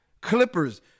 Clippers